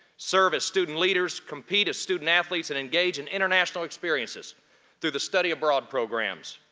serve as student leaders, compete as student athletes, and engage in international experiences through the study abroad programs.